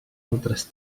altres